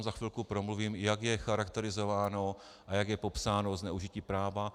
Za chvilku o tom promluvím, jak je charakterizováno a jak je popsáno zneužití práva.